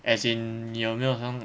as in 你有没有